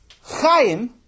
Chaim